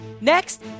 next